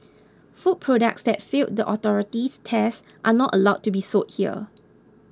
food products that fail the authority's tests are not allowed to be sold here